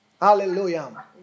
Hallelujah